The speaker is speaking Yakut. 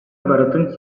барытын